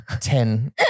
ten